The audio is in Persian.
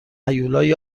هیولای